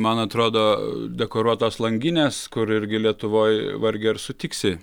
man atrodo dekoruotos langinės kur irgi lietuvoj vargiai ar sutiksi